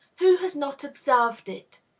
who has not observed it?